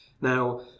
Now